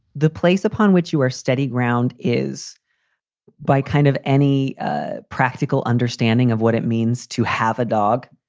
the place upon which you are steady ground is by kind of any ah practical understanding of what it means to have a dog.